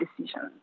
decisions